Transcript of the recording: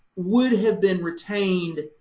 would have been retained,